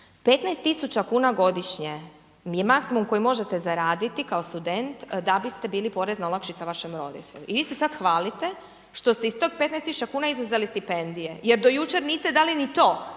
tisuća kuna godišnje mi je maksimum koji možete zaraditi kao student da biste bili porezna olakšica vašem roditelju. I vi se sad hvalite što ste iz tog 15 tisuća kuna izuzeli stipendije jer do jučer niste dali ni to.